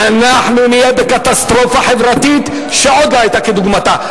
אנחנו נהיה בקטסטרופה חברתית שעוד לא היתה כדוגמתה.